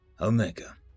Omega